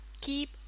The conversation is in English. keep